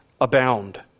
abound